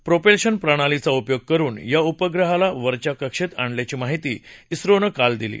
propulsion प्रणालीचा उपयोग करून या उपग्रहाला वरच्या कक्षेत आणल्याची माहिती इस्रोनं काल दिली